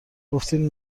گفتین